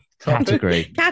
Category